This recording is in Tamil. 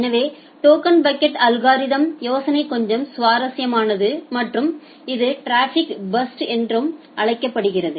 எனவே டோக்கன் பக்கெட் அல்கோரிதம் யோசனை கொஞ்சம் சுவாரஸ்யமானது மற்றும் இது டிராபிக் பர்ஸ்ட் எனப்படும் ஒன்றை ஆதரிக்கிறது